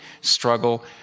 struggle